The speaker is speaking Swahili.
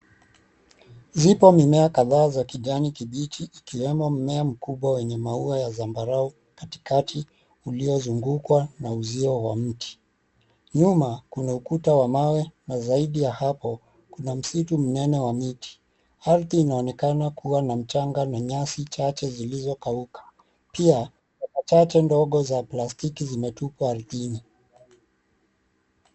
Zipo mimea kadhaa za kijani kibichi ikiwemo mmea mkubwa wenye maua ya zambarau katikati uliozungukwa na uzio wa mti. Nyuma kuna ukuta wa mawe na zaidi ya hapo kuna msitu mnene wa miti. Ardhi inaonekana kuwa na mchanga na nyasi chache zilizokauka. Pia chache ndogo za plastiki zimetupwa ardhini.